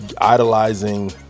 idolizing